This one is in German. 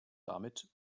damit